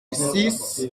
six